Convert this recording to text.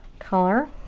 color.